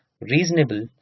reasonable